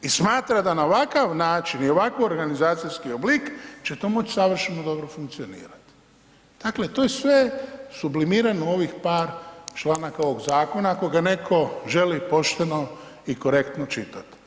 I smatra da na ovakav način i ovakav organizacijski oblik će to moći savršeno dobro funkcionirati, dakle to je sve sublimirano u ovih par članaka ovog zakona ako ga netko želi pošteno i korektno čitat.